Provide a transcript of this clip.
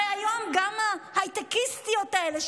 הרי היום גם ה"הייטקיסטיות" האלה,